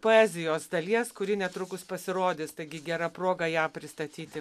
poezijos dalies kuri netrukus pasirodys taigi gera proga ją pristatyti